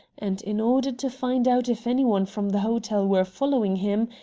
and in order to find out if any one from the hotel were following him,